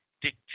Dick